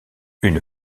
une